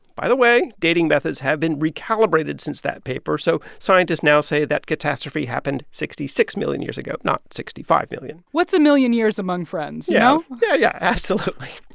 by the way, dating methods have been recalibrated since that paper. so scientists now say that catastrophe happened sixty six million years ago, not sixty five million what's a million years among friends, you know? yeah, yeah, absolutely.